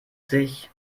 sich